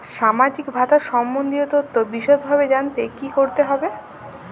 সামাজিক ভাতা সম্বন্ধীয় তথ্য বিষদভাবে জানতে কী করতে হবে?